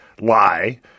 lie